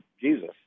Jesus